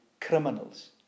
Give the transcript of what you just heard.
criminals